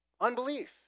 Unbelief